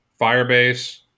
Firebase